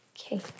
Okay